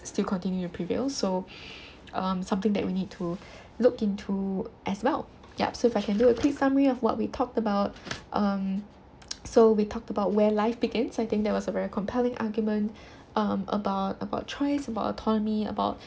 still continue to prevail so um something that we need to look into as well ya so if I can do a quick summary of what we talked about um so we talked about where life begins I think that was a very compelling argument um about about choice about autonomy about